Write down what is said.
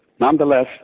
Nonetheless